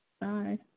Bye